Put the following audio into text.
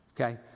okay